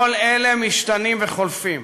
כל אלה משתנים וחולפים.